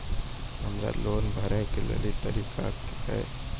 हमरा लोन भरे के की तरीका है?